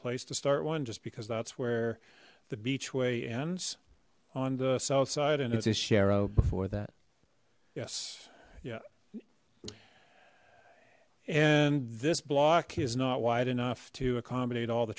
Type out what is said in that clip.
place to start one just because that's where the beach way ends on the south side and as his share o before that yes yes and this block is not wide enough to accommodate all the